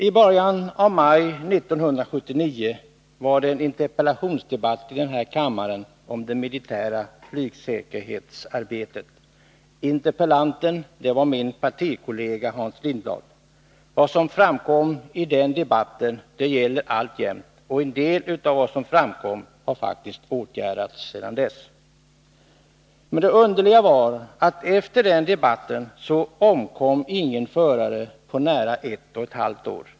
I början av maj 1979 var det en interpellationsdebatt i denna kammare om det militära flygsäkerhetsarbetet. Interpellanten var min partikollega Hans Lindblad. Vad som framkom i den debatten gäller alltjämt, och en del av det som framkom har faktiskt åtgärdats sedan dess. Det underliga var att det efter den debatten inte omkom någon förare på nära ett och ett halvt år.